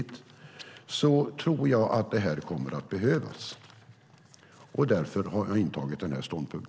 Därför tror jag att det här kommer att behövas, och därför har jag intagit denna ståndpunkt.